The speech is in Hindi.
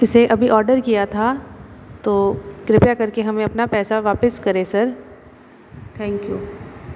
इसे अभी ऑर्डर किया था तो कृपया करके हमें अपना पैसा वापस करें सर थैंक यू